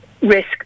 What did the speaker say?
risk